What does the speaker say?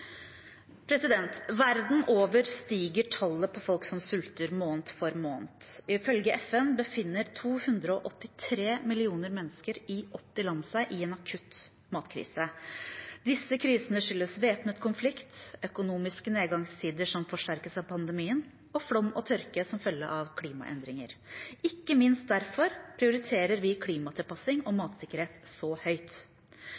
Verden over stiger tallet på folk som sulter – måned for måned. Ifølge FN befinner 283 millioner mennesker i 80 land seg i en akutt matkrise. Disse krisene skyldes væpnet konflikt, økonomiske nedgangstider som forsterkes av pandemien, og flom og tørke som følge av klimaendringer. Ikke minst derfor prioriterer vi klimatilpassing og